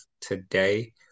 today